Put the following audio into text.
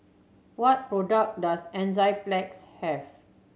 what product does Enzyplex have